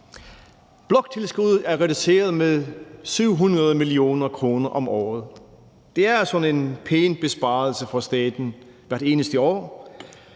Bloktilskuddet er reduceret med 700 mio. kr. om året. Det er sådan en pæn besparelse for staten hvert eneste år,